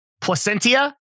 Placentia